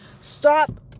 stop